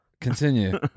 Continue